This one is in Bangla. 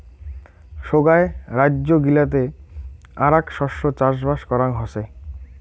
সোগায় রাইজ্য গিলাতে আরাক শস্য চাষবাস করাং হসে